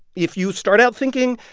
if you start out thinking,